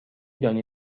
دانی